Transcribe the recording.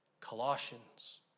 Colossians